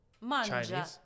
Mangia